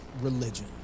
religion